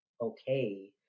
okay